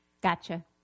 Gotcha